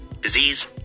disease